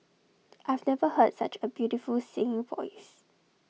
I've never heard such A beautiful singing voice